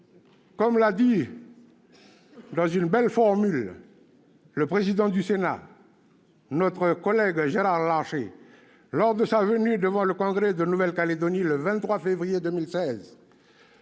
Comme l'a souligné dans une belle formule le président du Sénat, notre collègue Gérard Larcher, lors de sa venue devant le Congrès de la Nouvelle-Calédonie le 23 février 2016